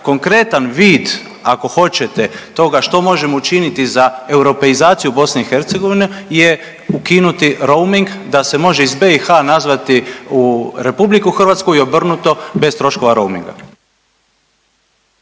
konkretan vid ako hoćete toga što možemo učiniti za europeizaciju BiH je ukinuti roaming da se može iz BiH nazvati u RH i obrnuto bez troškova roaminga.